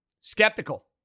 Skeptical